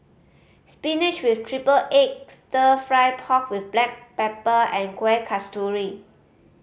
spinach with triple egg Stir Fry pork with black pepper and Kueh Kasturi